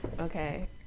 Okay